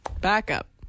backup